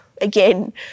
again